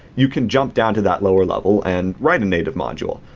you can jump down to that lower level and write a native module.